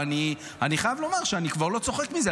אבל אני חייב לומר שאני כבר לא צוחק מזה.